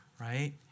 Right